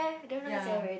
yeah